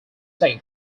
date